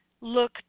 look